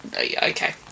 Okay